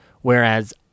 Whereas